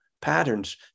patterns